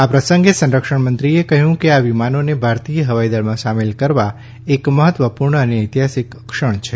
આ પ્રસંગે સંરક્ષણમંત્રીએ કહ્યું કે આ વિમાનોને ભારતીય હવાઇદળમાં સામેલ કરવા એક મહત્વપૂર્ણ અને ઐતિહાસિક ક્ષણ છે